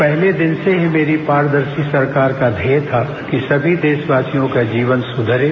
पहले दिन से ही मेरी पारदर्शी सरकार का ध्येय था कि सभी देशवासियों का जीवन सुधरे